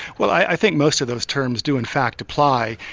well i think most of those terms do in fact apply.